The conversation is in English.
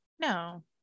No